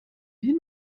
hin